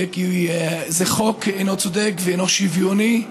זה חוק לא צודק ולא שוויוני,